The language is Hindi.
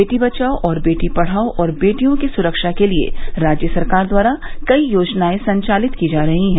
बेटी बचाओ और बेटी पढ़ाओं और बेटियों की सुरक्षा के लिये राज्य सरकार द्वारा कई योजनायें संचालित की जा रही हैं